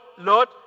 Lord